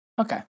Okay